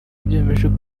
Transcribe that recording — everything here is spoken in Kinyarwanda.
byemejwe